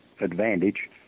advantage